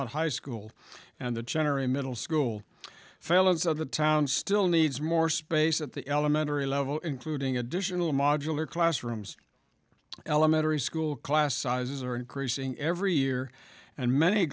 belmont high school and the general middle school fellows of the town still needs more space at the elementary level including additional modular classrooms elementary school class sizes are increasing every year and many